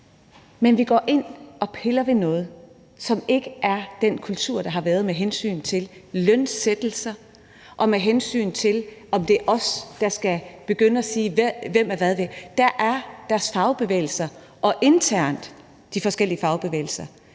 Men vi går ind og piller ved noget, hvor det ikke er den kultur, der har været med hensyn til lønsættelse, og med hensyn til om det er os, der skal sige: Hvem er hvad værd? Der er det deres fagforening og internt i de forskellige fagforeninger,